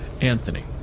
Anthony